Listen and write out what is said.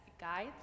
guides